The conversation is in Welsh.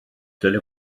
dylai